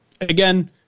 again